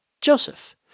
Joseph